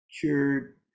cured